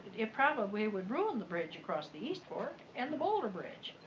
it probably would ruin the bridge across the eastport and the boulder bridge.